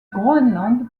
groenland